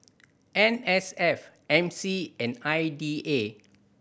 N S F M C and I D A